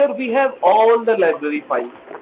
and we have all the library files.